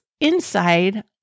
inside